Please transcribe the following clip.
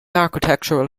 architectural